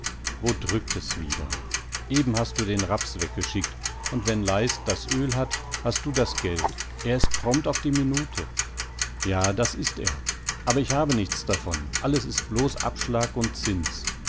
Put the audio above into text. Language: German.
wo drückt es wieder eben hast du den raps weggeschickt und wenn leist das öl hat hast du das geld er ist prompt auf die minute ja das ist er aber ich habe nichts davon alles ist blos abschlag und zins